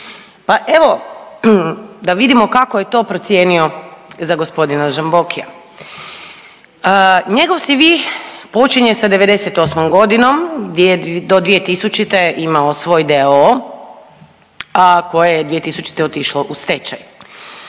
evo da vidimo kako je to procijenio za gospodina Žambokija. Njegov CV počinje sa '98. godinom gdje je do 2000. imao svoj d.o.o., a koje je 2000. otišlo u stečaj.